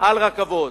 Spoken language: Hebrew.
על רכבות.